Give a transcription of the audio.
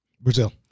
Brazil